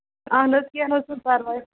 اَہَن حظ کیٚنٛہہ نہ حظ چھُنہٕ پَرواے